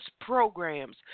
programs